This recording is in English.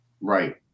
Right